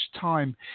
time